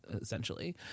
essentially